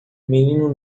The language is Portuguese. menino